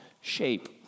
shape